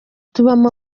tubamo